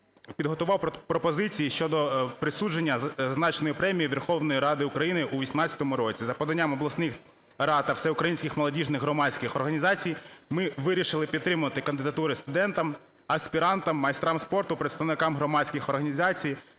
підготував пропозиції щодо присудження зазначеної Премії Верховної Ради України у 18-му році. За поданням обласних рад та всеукраїнських молодіжних громадських організацій ми вирішили підтримати кандидатури студентам, аспірантам, майстрам спорту, представникам громадських організацій